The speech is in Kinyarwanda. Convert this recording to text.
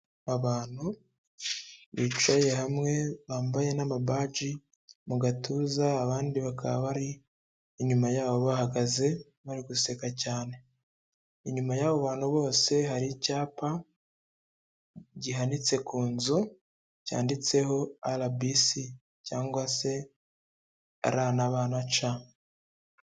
Abantu bicaye hamwe bambaye n'amabaji mu gatuza, abandi bakaba bari inyuma yabo bahagaze bariguseka cyane. Inyuma y'abo bantu bose hari icyapa gihanitse ku nzu cyanditseho RBC cyangwa se R na B na C.